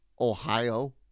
Ohio